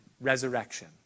resurrection